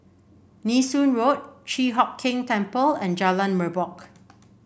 Nee Soon Road Chi Hock Keng Temple and Jalan Merbok